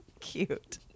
cute